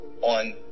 on